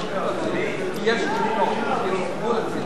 סעיפים 1 4 נתקבלו.